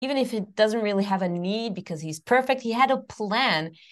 אפילו אם לא היה לו צורך בגלל שהוא מושלם, הייתה לו תכנית